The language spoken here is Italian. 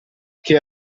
che